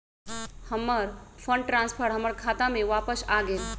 हमर fund transfer हमर खाता में वापस आ गेल